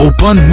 Open